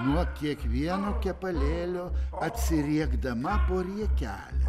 nuo kiekvieno kepalėlio atsiriekdama po riekelę